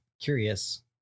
curious